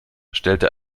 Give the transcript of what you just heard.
stellte